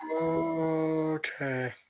Okay